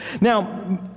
Now